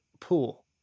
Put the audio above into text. pool